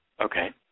Okay